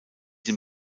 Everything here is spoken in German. den